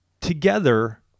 together